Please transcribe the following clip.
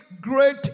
great